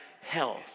health